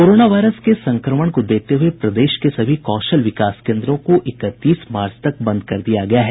corona virus के संक्रमण को देखते हुये प्रदेश के सभी कौशल विकास केन्द्रों को इकतीस मार्च तक बंद कर दिया गया है